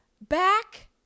back